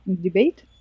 debate